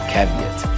Caveat